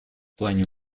плане